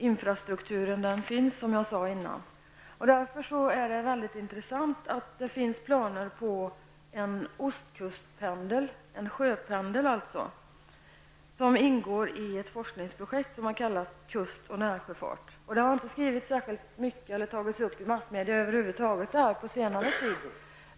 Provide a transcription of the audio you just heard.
Infrastrukturen finns ju, som jag sade tidigare. Därför är det mycket intressant att det finns planer på en ostkustpendel, alltså en sjöpendel, som ingår i ett forskningsprojekt som kallas kust och närsjöfart. Detta har inte tagits upp särskilt mycket i massmedia på senare tid.